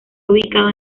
ubicado